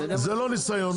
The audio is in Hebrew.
זה לא ניסיון,